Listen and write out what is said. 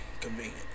Convenient